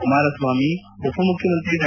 ಕುಮಾರಸ್ವಾಮಿ ಉಪ ಮುಖ್ಯಮಂತ್ರಿ ಡಾ